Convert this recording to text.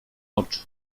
oczy